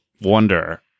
wonder